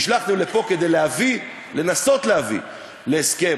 נשלחתם לפה כדי להביא או לנסות להביא להסכם.